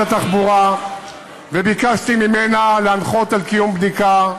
התחבורה וביקשתי ממנה להנחות על קיום בדיקה,